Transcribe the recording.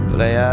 Play